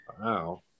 Wow